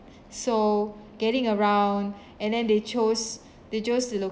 so getting around and then they chose they chose the